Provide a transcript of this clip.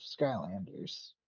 Skylanders